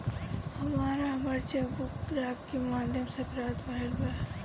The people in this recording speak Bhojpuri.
हमरा हमर चेक बुक डाक के माध्यम से प्राप्त भईल बा